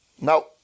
Now